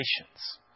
patience